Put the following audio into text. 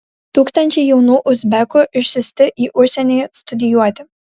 tūkstančiai jaunų uzbekų išsiųsti į užsienį studijuoti